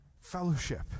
fellowship